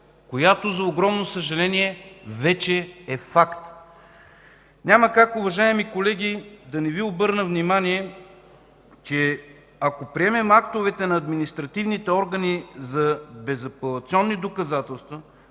която за огромно съжаление вече е факт. Уважаеми колеги, няма как да не Ви обърна внимание, че ако приемем актовете на административните органи за безапелационни доказателства,